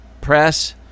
press